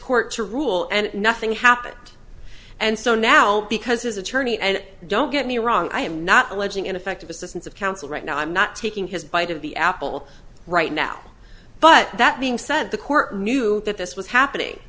court to rule and nothing happened and so now because his attorney and don't get me wrong i am not alleging ineffective assistance of counsel right now i'm not taking his bite of the apple right now but that being said the court knew that this was happening